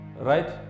right